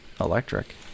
electric